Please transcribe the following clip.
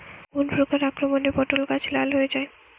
কোন প্রকার আক্রমণে পটল গাছ লাল হয়ে যায়?